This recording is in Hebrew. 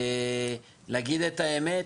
להגיד את האמת,